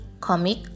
comic